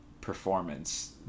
performance